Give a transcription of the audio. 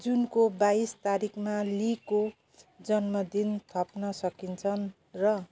जुनको बाइस तारिकमा लीको जन्मदिन थप्न सकिन्छ र